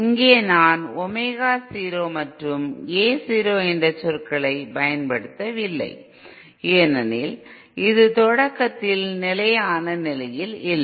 இங்கே நான் ஒமேகா 0 மற்றும் A 0 என்ற சொற்களைப் பயன்படுத்தவில்லை ஏனெனில் இது தொடக்கத்தில் நிலையான நிலையில் இல்லை